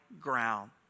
ground